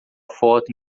foto